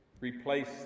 replace